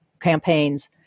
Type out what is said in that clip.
campaigns